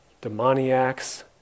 demoniacs